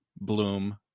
bloom